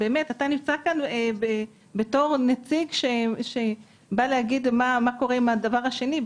אתה נמצא כאן כנציג שבא להגיד מה קורה בכלל עם הדבר השני.